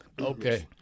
Okay